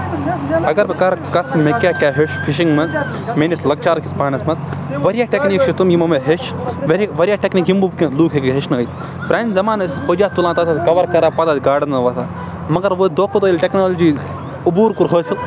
اَگر بہٕ کرٕ کَتھ مےٚ کیٛاہ کیٛاہ ہیوٚچھ فِشِنگ منٛز میٛٲنِس لۄکچارٕکِس پانَس منٛز واریاہ ٹیکنیٖک چھِ تِم یِمو مےٚ ہٚچھ واریاہ واریاہ ٹیکنیٖک یِمو کیٚنٛہہ لوٗکھ ہیٚکہِ ہیٚچھنٲوِتھ پرٛانہِ زَمانہٕ ٲسۍ تُلان تَتھ ٲسۍ کَور کران پَتہٕ ٲسۍ مَگر وۄنۍ دۄہ کھۄتہٕ دۄہ ییٚلہِ ٹیکنالجی عبوٗر کوٚر حٲصِل